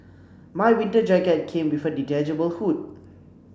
my winter jacket came with a detachable hood